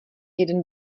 jeden